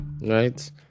right